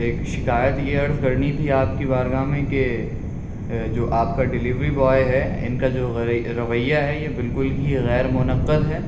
ایک شکایت یہ عرض کرنی تھی آپ کی بارگاہ میں کہ جو آپ کا ڈلیوری بوائے ہے ان کا جو غیر رویہ یہ بالکل ہی غیرمنعقد ہے